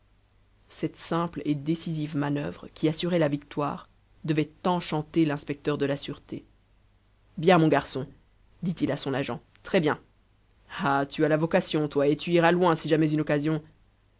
cette simple et décisive manœuvre qui assurait la victoire devait enchanter l'inspecteur de la sûreté bien mon garçon dit-il à son agent très bien ah tu as la vocation toi et tu iras loin si jamais une occasion